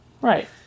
Right